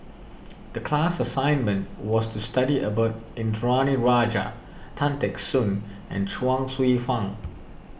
the class assignment was to study about Indranee Rajah Tan Teck Soon and Chuang Hsueh Fang